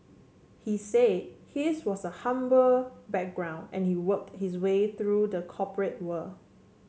he said his was a humble background and he worked his way through the corporate world